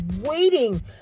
waiting